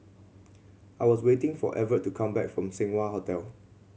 I was waiting for Evert to come back from Seng Wah Hotel